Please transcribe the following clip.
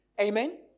Amen